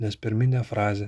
nes pirminę frazę